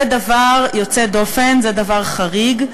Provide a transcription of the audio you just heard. זה דבר יוצא דופן, זה דבר חריג.